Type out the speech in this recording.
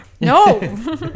No